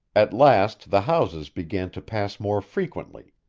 at last the houses began to pass more frequently.